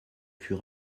fut